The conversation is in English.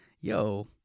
yo